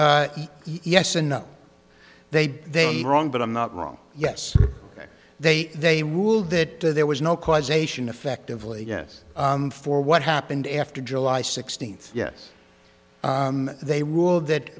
yes and no they they are wrong but i'm not wrong yes they they ruled that there was no causation effectively yes for what happened after july sixteenth yes they ruled that